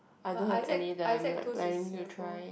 I don't have any that I'm like planning to try